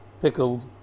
pickled